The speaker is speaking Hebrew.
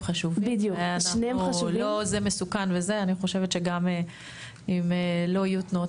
חשובים אני חושבת שגם אם לא יהיו תנועות